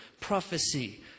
prophecy